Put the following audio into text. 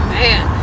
man